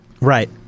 Right